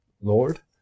Lord